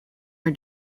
are